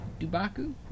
Dubaku